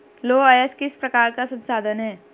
लौह अयस्क किस प्रकार का संसाधन है?